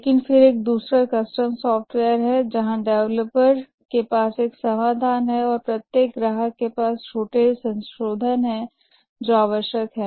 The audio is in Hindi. लेकिन फिर एक दूसरा कस्टम सॉफ्टवेयर है जहां डेवलपर के पास एक समाधान है और प्रत्येक ग्राहक के पास छोटे संशोधन हैं जो आवश्यक हैं